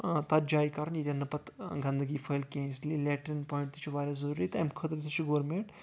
تَتھ جایہِ کَرُن ییٚتٮ۪ن نہٕ پَتہٕ گنٛدگی پھہلہِ کیٚنٛہہ اس لیے لیٹرِن پوینٛٹ تہِ چھُ واریاہ ضروٗری تہٕ اَمہِ خٲطرٕ تہِ چھُ گورمیٚنٛٹ